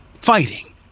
fighting